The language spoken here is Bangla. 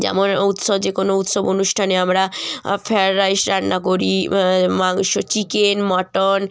যেমন উৎসব যে কোনো উৎসব অনুষ্ঠানে আমরা ফ্রায়েড রাইস রান্না করি মাংস চিকেন মাটন